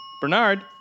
Bernard